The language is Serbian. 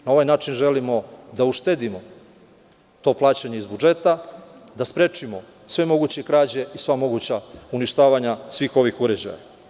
Na ovaj način želimo da uštedimo to plaćanje iz budžeta, da sprečimo sve moguće krađe i sva moguća uništavanja svih ovih uređnjaja.